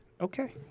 Okay